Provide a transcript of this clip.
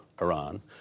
Iran